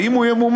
ואם הוא ימומן,